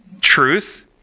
Truth